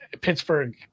Pittsburgh